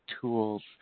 tools